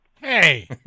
Hey